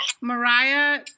Mariah